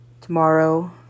Tomorrow